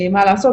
מה לעשות?